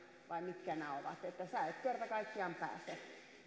vai mitä nämä ovat että sinä et kerta kaikkiaan pääse